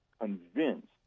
convinced